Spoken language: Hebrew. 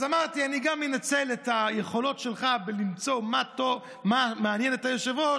אז אמרתי: אני אנצל את היכולות שלך בלמצוא מה מעניין את היושב-ראש,